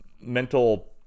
mental